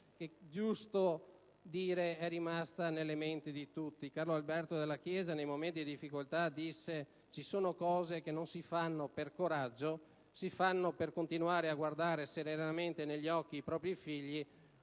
una frase che è rimasta nelle menti di tutti. Il generale Dalla Chiesa disse che, nei momenti di difficoltà, ci sono cose che non si fanno per coraggio: si fanno per continuare a guardare serenamente negli occhi i propri figli